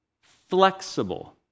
flexible